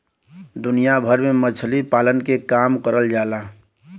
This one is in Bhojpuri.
दुनिया भर में मछरी पालन के काम करल जाला